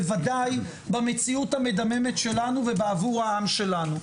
בוודאי במציאות המדממת שלנו ובעבור העם שלנו,